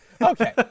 okay